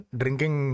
drinking